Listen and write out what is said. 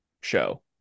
show